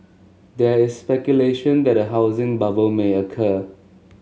there is speculation that a housing bubble may occur